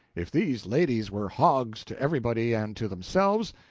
if these ladies were hogs to everybody and to themselves,